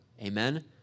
amen